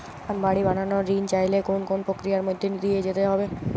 আমি বাড়ি বানানোর ঋণ চাইলে কোন কোন প্রক্রিয়ার মধ্যে দিয়ে যেতে হবে?